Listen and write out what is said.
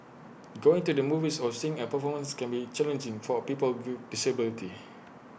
going to the movies or seeing A performance can be challenging for people with disabilities